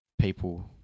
people